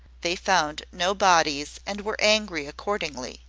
they found no bodies, and were angry accordingly.